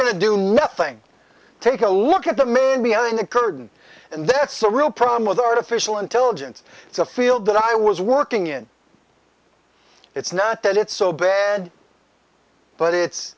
to do nothing take a look at the man behind the curtain and that's a real problem with artificial intelligence it's a field that i was working in it's not that it's so bad but it's